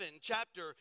chapter